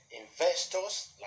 investors